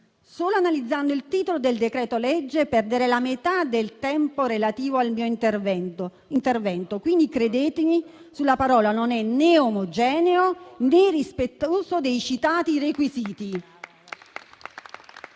Solo analizzando il titolo del decreto-legge perderei la metà del tempo relativo al mio intervento. Credetemi sulla parola: non è né omogeneo né rispettoso dei citati requisiti.